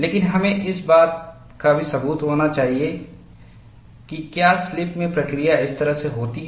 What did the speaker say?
लेकिन हमें इस बात का भी सबूत होना चाहिए कि क्या स्लिप में प्रक्रिया इस तरह से होती है